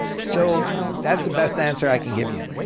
so that's the best answer i can give you.